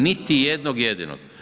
Niti jednog jedinog.